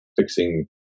fixing